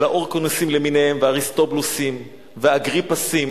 של ההורקנוסים למיניהם והאריסטובולוסים והאגריפסים,